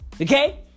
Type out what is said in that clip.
Okay